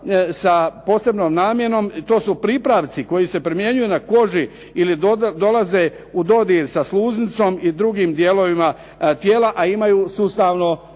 sa posebnom namjenom to su pripravci koji se primjenjuju na koži ili dolaze u dodir sa sluznicom i drugim dijelovima tijela, a imaju sustavno